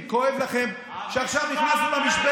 שאיננה נכנסת לפרטים מסוג